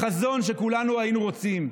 החזון שכולנו היינו רוצים,